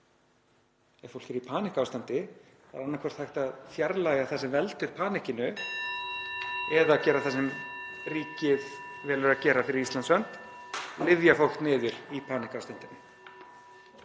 Ef fólk er í panikástandi er annaðhvort hægt að fjarlægja það sem veldur panikinu (Forseti hringir.) eða gera það sem ríkið velur að gera fyrir Íslands hönd; lyfja fólk niður í panikástandinu.